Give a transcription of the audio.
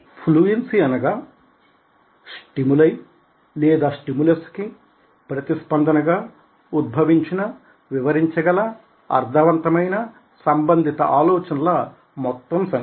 fluency అనగా stimuli లేదా stimulus కి ప్రతిస్పందన గా ఉద్భవించిన వివరిచగల అర్దవంతమైన సంబంధిత ఆలోచనల మొత్తం సంఖ్య